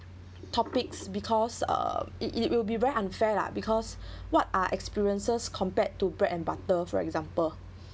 topics because uh it it will be very unfair lah because what are experiences compared to bread and butter for example